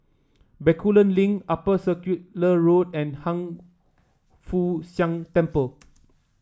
Bencoolen Link Upper Circular Road and Hiang Foo Siang Temple